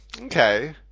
okay